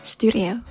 Studio